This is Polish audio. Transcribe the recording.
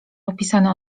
opisane